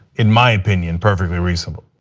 in my opinion, perfectly reasonable.